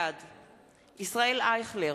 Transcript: בעד ישראל אייכלר,